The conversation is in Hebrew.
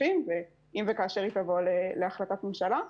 הכספים ואם וכאשר היא תבוא להחלטת ממשלה.